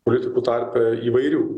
politikų tarpe įvairių